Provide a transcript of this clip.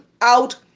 out